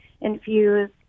infuse